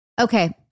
Okay